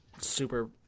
super